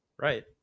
Right